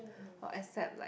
or accept like